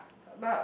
ya